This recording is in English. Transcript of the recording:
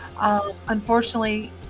unfortunately